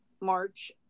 March